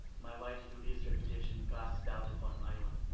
my wife's dubious reputation casts doubt upon my own.